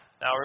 Now